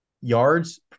yards